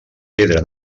pedra